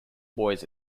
boys